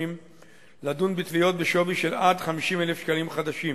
לדון בתביעות בשווי של עד 50,000 שקלים חדשים.